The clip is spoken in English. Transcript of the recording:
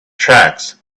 tracts